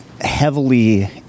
heavily